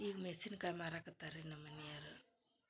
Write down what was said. ಈಗ ಮೆಸಿನ್ಕಾಯಿ ಮಾರಕತ್ತಾರ ರೀ ನಮ್ಮ ಮನಿಯವರ್